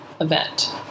event